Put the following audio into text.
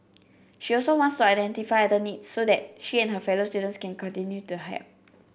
she also wants to identify other needs so that she and her fellow students can continue to help